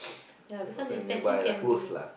ya because depression can be